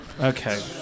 okay